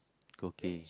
cooking